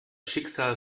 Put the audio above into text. schicksal